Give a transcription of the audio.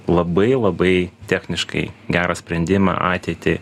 labai labai techniškai gerą sprendimą ateitį